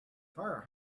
fire